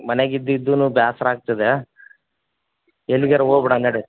ಮನೆಗೆ ಇದ್ದು ಇದ್ದು ಬೇಸ್ರ ಆಗ್ತದೆ ಎಲ್ಲಿಗಾರು ಹೋಬಿಡಣ್ ನಡಿ